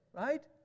right